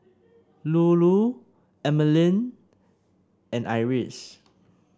Lulu Emeline and Iris